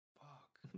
Fuck